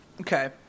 Okay